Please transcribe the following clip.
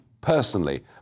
personally